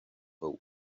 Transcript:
hope